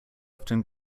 often